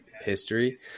history